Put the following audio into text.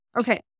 okay